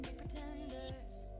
pretenders